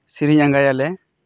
ᱥᱮᱨᱮᱧ ᱟᱸᱜᱟᱭ ᱟᱞᱮ